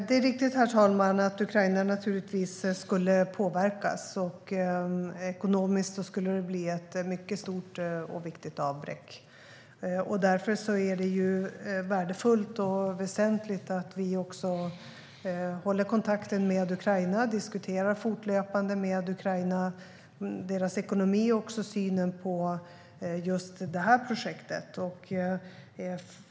Herr talman! Det är riktigt att Ukraina skulle påverkas. Det skulle bli ett mycket stort och viktigt ekonomiskt avbräck. Därför är det värdefullt och väsentligt att vi håller kontakten med Ukraina, och vi fortlöpande diskuterar deras ekonomi och synen på just det här projektet.